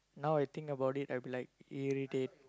now I think about it I'll be like irritate